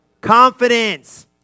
Confidence